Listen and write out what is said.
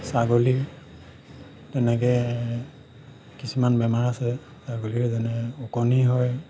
ছাগলীৰ তেনেকে কিছুমান বেমাৰ আছে ছাগলীৰ যেনে ওকণি হয়